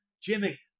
Jimmy